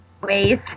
ways